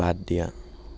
বাদ দিয়া